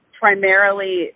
primarily